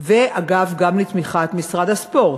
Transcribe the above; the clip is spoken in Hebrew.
וגם לתמיכת משרד הספורט,